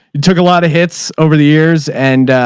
it took a lot of hits over the years and